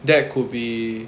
that could be